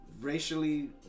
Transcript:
racially